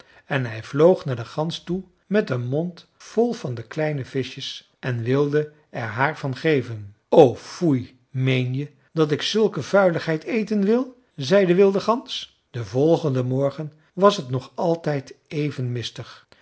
en hij vloog naar de gans toe met een mond vol van de kleine vischjes en wilde er haar van geven o foei meen je dat ik zulke vuiligheid eten wil zei de wilde gans den volgenden morgen was het nog altijd even mistig